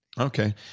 Okay